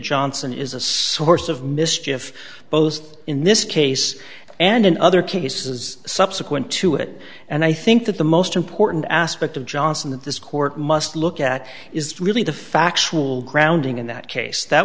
johnson is a source of mischief both in this case and in other cases subsequent to it and i think that the most important aspect of johnson that this court must look at is really the factual grounding in that case that